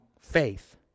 faith